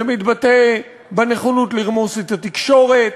זה מתבטא בנכונות לרמוס את התקשורת,